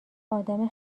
آدم